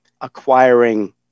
acquiring